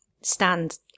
stand